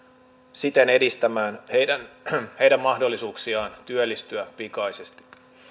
siten edistämään heidän heidän mahdollisuuksiaan työllistyä pikaisesti